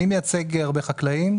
אני מייצג הרבה חקלאים,